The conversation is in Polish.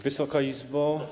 Wysoka Izbo!